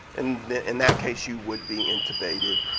in in that case you would be intubated.